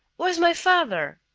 where's my father?